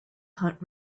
hunt